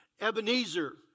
Ebenezer